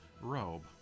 robe